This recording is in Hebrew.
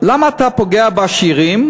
למה אתה פוגע בעשירים?